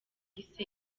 yise